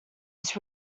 its